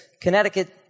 Connecticut